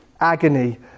agony